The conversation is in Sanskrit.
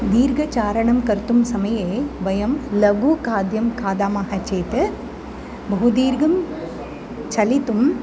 दीर्घचारणं कर्तुं समये वयं लघु खाद्यं खादामः चेत् बहुदीर्घं चलितुम्